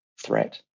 threat